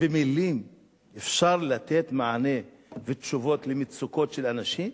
במלים אפשר לתת מענה ותשובות למצוקות של אנשים,